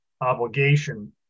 obligation